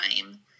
time